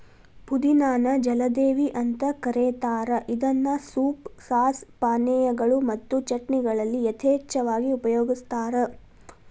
ಪುದಿನಾ ನ ಜಲದೇವಿ ಅಂತ ಕರೇತಾರ ಇದನ್ನ ಸೂಪ್, ಸಾಸ್, ಪಾನೇಯಗಳು ಮತ್ತು ಚಟ್ನಿಗಳಲ್ಲಿ ಯಥೇಚ್ಛವಾಗಿ ಉಪಯೋಗಸ್ತಾರ